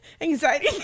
anxiety